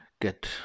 get